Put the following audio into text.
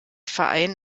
verein